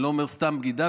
אני לא אומר סתם בגידה,